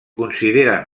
consideren